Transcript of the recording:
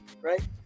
Right